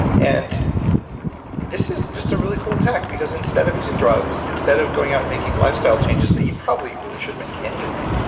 and this is just a really cool tech, because instead of using drugs, instead of going out and making lifestyle changes that you probably really should make anyway.